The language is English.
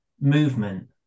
movement